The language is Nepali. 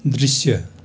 दृश्य